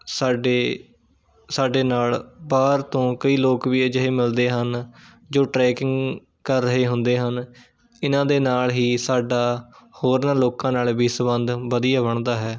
ਸਾਡੇ ਸਾਡੇ ਨਾਲ਼ ਬਾਹਰ ਤੋਂ ਕਈ ਲੋਕ ਵੀ ਅਜਿਹੇ ਮਿਲਦੇ ਹਨ ਜੋ ਟ੍ਰੈਕਿੰਗ ਕਰ ਰਹੇ ਹੁੰਦੇ ਹਨ ਇਹਨਾਂ ਦੇ ਨਾਲ਼ ਹੀ ਸਾਡਾ ਹੋਰਨਾਂ ਲੋਕਾਂ ਨਾਲ਼ ਵੀ ਸੰਬੰਧ ਵਧੀਆ ਬਣਦਾ ਹੈ